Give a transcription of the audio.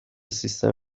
سیستم